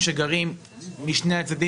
נקודה שנייה,